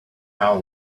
how